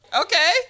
Okay